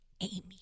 Amy